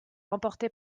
remportée